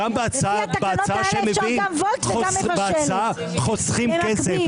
לא, גם בהצעה שהם מביאים חוסכים כסף.